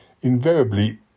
invariably